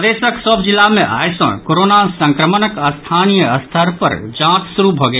प्रदेशक सभ जिला मे आइ सँ कोरोना संक्रमणक स्थानीय स्तर पर जांच शुरू भऽ गेल